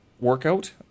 workout